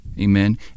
Amen